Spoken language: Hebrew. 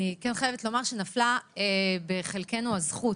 אני חייבת לומר שנפלה בחלקנו הזכות